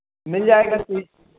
مل جائے گا ٹھیک